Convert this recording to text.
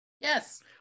Yes